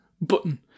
Button